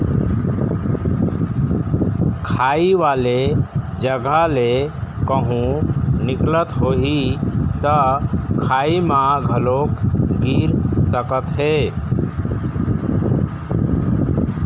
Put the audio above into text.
खाई वाले जघा ले कहूँ निकलत होही त खाई म घलोक गिर सकत हे